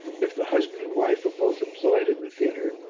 if the husband and wife are both employed in the theatre,